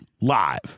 live